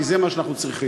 כי זה מה שאנחנו צריכים.